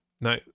no